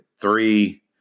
three